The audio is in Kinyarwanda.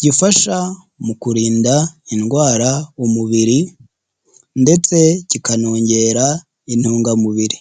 gifasha mu kurinda indwara umubiri, ndetse kikanongera intungamubiri.